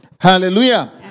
Hallelujah